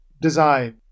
design